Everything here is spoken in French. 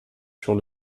sur